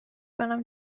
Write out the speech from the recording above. کنم